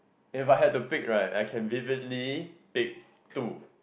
if I had to pick right I can vividly pick two